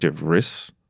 risks